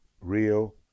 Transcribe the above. real